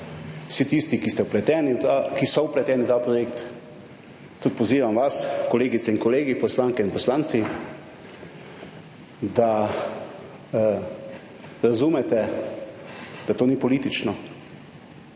vpleteni, ki so vpleteni v ta projekt. Tudi pozivam vas, kolegice in kolegi, poslanke in poslanci, da razumete, da to ni politično.